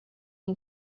این